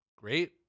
Great